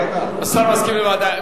השר מסכים לוועדה.